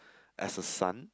as a son